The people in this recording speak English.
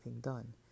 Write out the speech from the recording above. done